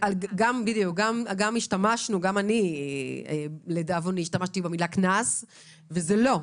השתמשנו, גם אני לדאבוני, במילה קנס וזה לא.